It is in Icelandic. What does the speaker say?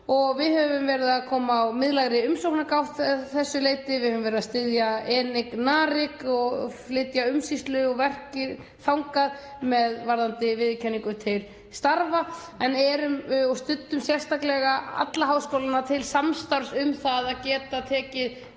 við höfum verið að koma á miðlægri umsóknargátt að þessu leyti. Við höfum verið að styðja ENIC/NARIC og flytja umsýslu og verkið þangað varðandi viðurkenningu til starfa og við studdum sérstaklega alla háskólana til samstarfs um að geta tekið